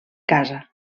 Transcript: casa